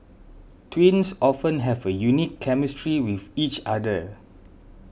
twins often have a unique chemistry with each other